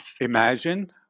imagine